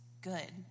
good